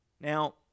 Now